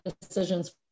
decisions